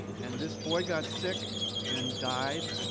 and this boy got sick and died,